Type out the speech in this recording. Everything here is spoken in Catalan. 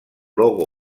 logo